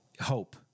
hope